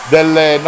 Delle